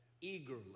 eagerly